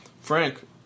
Frank